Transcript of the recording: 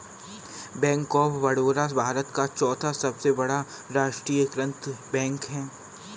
bank of Baroda Bharat का चौथा सबसे बड़ा राष्ट्रीयकृत बैंक है